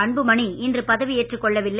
அன்புமணி இன்று பதவியேற்றுக் கொள்ளவில்லை